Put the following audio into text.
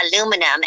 aluminum